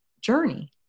journey